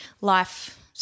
life